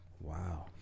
wow